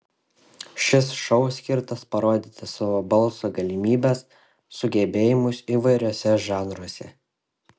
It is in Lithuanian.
šis šou skirtas parodyti savo balso galimybes sugebėjimus įvairiuose žanruose